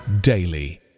daily